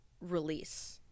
release